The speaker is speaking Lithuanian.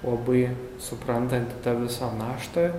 labai suprantanti tą visą naštą